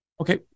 Okay